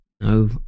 no